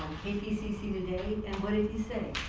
ppcc today and what did he say?